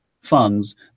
funds